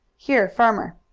here, farmer!